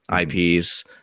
IPs